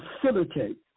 facilitate